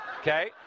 Okay